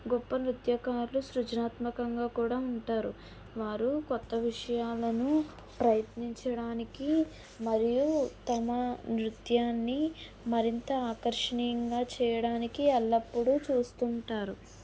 గొప్ప నృత్యకారులు సృజనాత్మకంగా కూడా ఉంటారు వారు కొత్త విషయాలను ప్రయత్నించడానికి మరియు తమ నృత్యాన్ని మరింత ఆకర్షణీయంగా చేయడానికి ఎల్లప్పుడూ చూస్తుంటారు